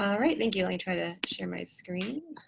um right, thank you. let me try to share my screen.